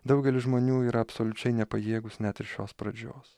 daugelis žmonių yra absoliučiai nepajėgūs net ir šios pradžios